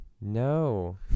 No